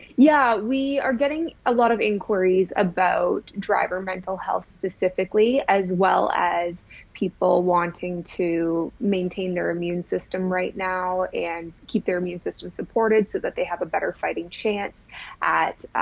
yeah, we are getting a lot of inquiries about driver mental health, specifically as well as people wanting to maintain their immune system right now and keep their immune system supported so that they have a better fighting chance at